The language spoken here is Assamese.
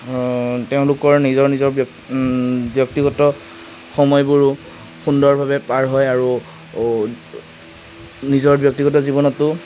তেওঁলোকৰ নিজৰ নিজৰ ব্য ব্যক্তিগত সময়বোৰো সুন্দৰভাৱে পাৰ হয় আৰু নিজৰ ব্যক্তিগত জীৱনতো